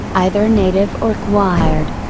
either native or acquired.